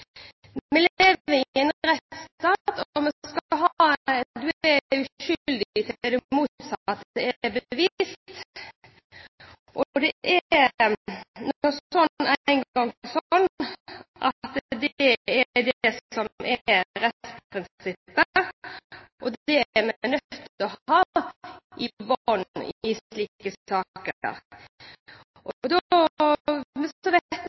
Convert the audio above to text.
Det er nå engang slik at det er det som er rettsprinsippet. Det er vi nødt til å ha i bunnen i slike saker. Så vet vi